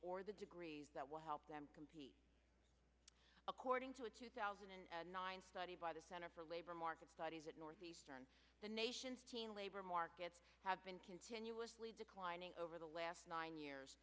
or the degrees that will help them compete according to a two thousand and nine study by the center for labor market studies at northeastern the nation's teen labor markets have been continuously declining over the last nine years